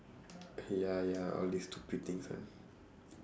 ya ya all these stupid things one